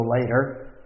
later